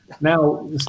now